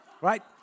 right